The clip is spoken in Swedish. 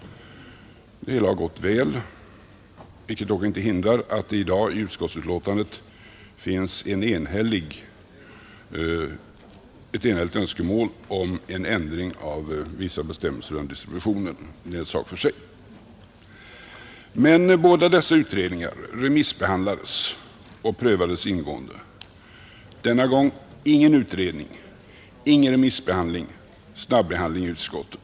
Det har slagit väl ut, vilket dock inte hindrar att det i dag i utskottsbetänkandet framförs ett enhälligt önskemål om en ändring av vissa bestämmelser rörande distributionen. Men det är en sak för sig. Båda dessa utredningar remissbehandlades och prövades ingående. Denna gång: ingen utredning, ingen remissbehandling, snabbehandling i utskotten.